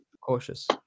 cautious